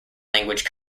language